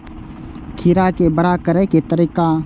खीरा के बड़ा करे के तरीका?